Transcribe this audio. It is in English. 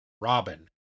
Robin